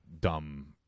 dumb